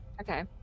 Okay